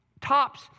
tops